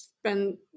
spend